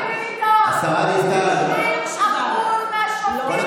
אני שרת התעמולה, את גברת